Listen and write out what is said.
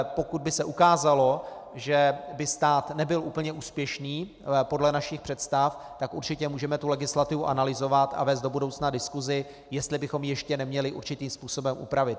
Pokud by se ukázalo, že by stát nebyl úplně úspěšný podle našich představ, tak určitě můžeme tu legislativu analyzovat a vést do budoucna diskusi, jestli bychom ji ještě neměli určitým způsobem upravit.